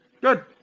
Good